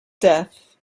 death